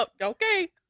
okay